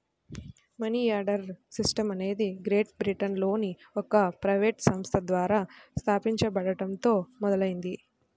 money order system అనేది గ్రేట్ బ్రిటన్లోని ఒక ప్రైవేట్ సంస్థ ద్వారా స్థాపించబడటంతో మొదలైంది